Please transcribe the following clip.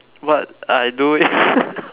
what I do is